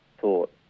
thought